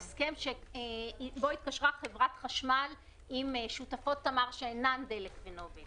ההסכם שבו התקשרה חברת החשמל עם שותפות תמר שאינן דלק ונובל